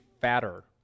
fatter